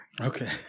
Okay